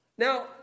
Now